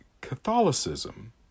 Catholicism